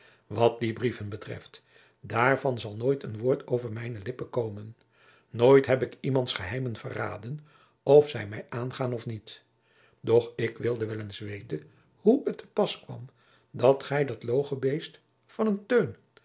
wat die brieven betreft daarvan jacob van lennep de pleegzoon zal nooit een woord over mijne lippen komen nooit heb ik iemands geheimen verraden of zij mij aangaan of niet doch ik wilde wel eens weten hoe het te pas kwam dat gij dat logenbeest van een